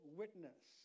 witness